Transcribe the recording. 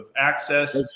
access